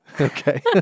Okay